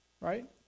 Right